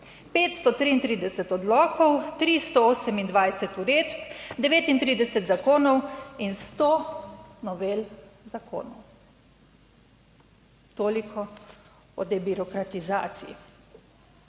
533 odlokov, 328 uredb, 39 zakonov in sto novel zakonov. Toliko o debirokratizaciji.